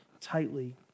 tightly